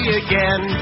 again